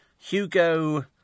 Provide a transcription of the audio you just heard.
Hugo